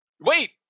wait